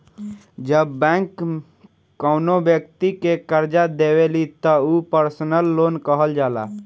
जब बैंक कौनो बैक्ति के करजा देवेली त उ पर्सनल लोन कहल जाला